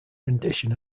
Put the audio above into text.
rendition